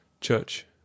CHURCH